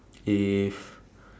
if